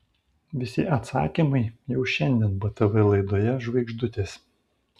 visi atsakymai jau šiandien btv laidoje žvaigždutės